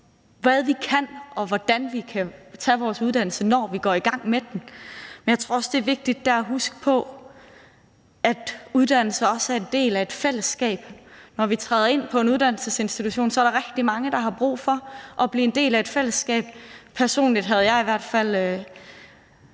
hvad vi kan, og hvordan vi kan tage vores uddannelse, når vi går i gang med den. Men jeg tror også, det er vigtigt dér at huske på, at det at være på en uddannelse også handler om at være en del af et fællesskab. Når man træder ind på en uddannelsesinstitution, er der rigtig mange, der har brug for at blive en del af et fællesskab. Jeg kan godt